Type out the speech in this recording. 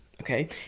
okay